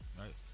Right